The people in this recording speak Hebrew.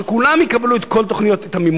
שכולם יקבלו את המימון,